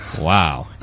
Wow